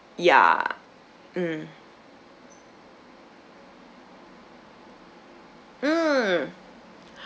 ya mm mm